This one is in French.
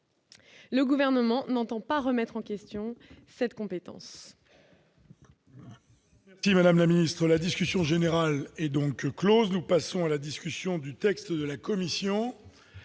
Le gouvernement n'entend pas remettre en question cette compétence.